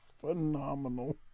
Phenomenal